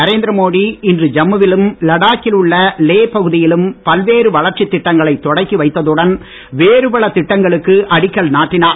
நரேந்திரமோடி இன்று ஜம்முவிலும் லடாக்கில் உள்ள லே பகுதியிலும் பல்வேறு வளர்ச்சித் திட்டங்களை தொடக்கி வைத்ததுடன் வேறு பல திட்டங்களுக்கு அடிக்கல் நாட்டினார்